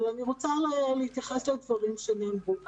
אבל אני רוצה להתייחס לדברים שנאמרו כאן.